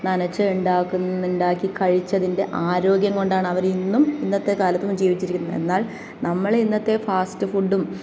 നനച്ച് ഉണ്ടാക്കുന്നത് ഉണ്ടാക്കി കഴിച്ചതിൻ്റെ ആരോഗ്യം കൊണ്ടാണ് അവർ ഇന്നും ഇന്നത്തെ കാലത്തും ജീവിച്ചിരിക്കുന്നത് എന്നാൽ നമ്മൾ ഇന്നത്തെ ഫാസ്റ്റ് ഫുഡും